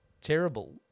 terrible